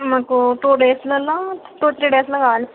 మాకు టూ డేస్లలో two three డేస్లో కావాలి